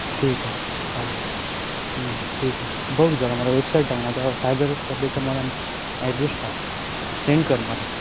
ठीक आहे चालेल ठीक आहे बघू जरा मला वेबसाईट टाक नाहीतर मग सायबर सॅफेचा मला ॲड्रेस टाक सेंड कर मला